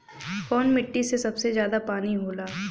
कौन मिट्टी मे सबसे ज्यादा पानी होला?